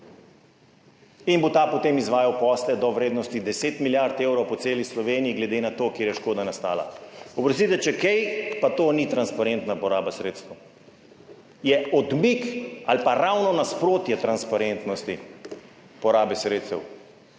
in bo ta potem izvajal posle do vrednosti 10 milijard evrov po celi Sloveniji, glede na to, kjer je škoda nastala. Oprostite, če kaj, pa to ni transparentna poraba sredstev. Je odmik ali pa ravno nasprotje transparentnosti porabe sredstev.